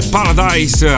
Paradise